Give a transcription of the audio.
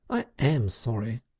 i am sorry.